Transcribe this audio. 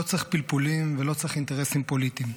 לא צריך פלפולים ולא צריך אינטרסים פוליטיים.